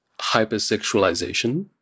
Hypersexualization